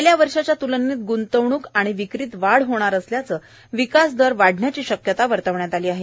गेल्या वर्षाच्या तूलनेत गूंतवणूक आणि विक्रीत वाढ होणार असल्यानं विकास दर वाढण्याची शक्यता वर्तवण्यात आली आहे